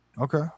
okay